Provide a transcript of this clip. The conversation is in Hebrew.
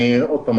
עוד פעם,